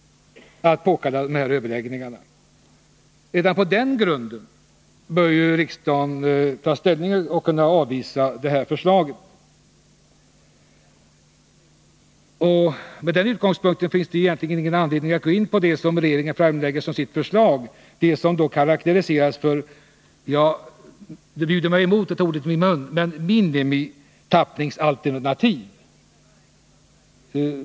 Redan på den grunden bör riksdagen kunna avvisa förslaget. Med den utgångspunkten finns det egentligen ingen anledning att gå in på det som regeringen framlägger som sitt förslag och som karakteriseras som ett— det bjuder mig emot att ta ordet i min mun — minimitappningsalternativ.